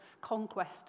conquest